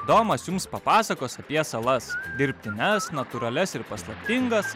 domas jums papasakos apie salas dirbtines natūralias ir paslaptingas